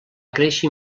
créixer